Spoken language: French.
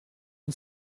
une